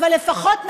אבל לפחות,